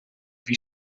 wie